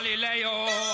Galileo